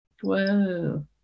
Whoa